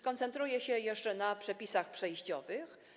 Skoncentruję się jeszcze na przepisach przejściowych.